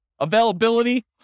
Availability